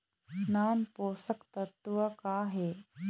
नान पोषकतत्व का हे?